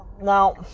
now